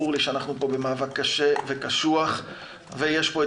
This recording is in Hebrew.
ברור לי שאנחנו פה במאבק קשה וקשוח ויש פה את